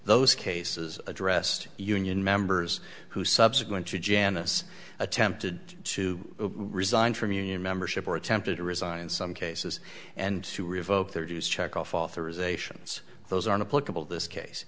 those cases addressed union members who subsequently janice attempted to resign from union membership or attempted to resign some cases and to revoke their dues checkoff authorizations those are not political this case